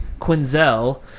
Quinzel